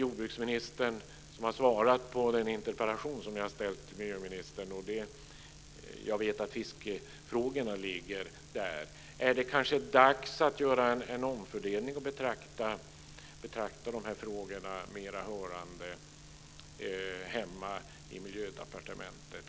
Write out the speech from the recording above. Jordbruksministern har svarat på den interpellation som jag har ställt till miljöministern. Jag vet att fiskefrågorna ligger hos jordbruksministern. Är det kanske dags att göra en omfördelning och betrakta frågorna som hemmahörande i Miljödepartementet?